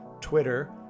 Twitter